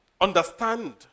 understand